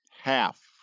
half